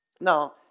Now